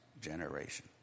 generation